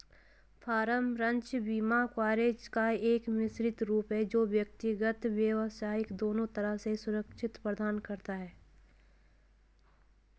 farm, ranch बीमा coverage का एक मिश्रित रूप है जो व्यक्तिगत, व्यावसायिक दोनों तरह से सुरक्षा प्रदान करता है